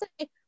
say